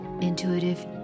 intuitive